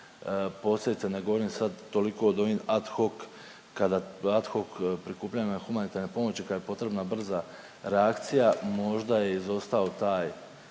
posebice ne govorim sad toliko o ovim ad hoc prikupljanjima humanitarne pomoći kad je potrebna brza reakcija možda je izostao taj